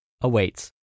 awaits